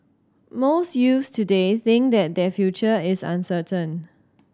most youths today think that their future is uncertain